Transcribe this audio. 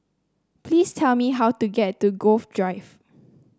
please tell me how to get to Grove Drive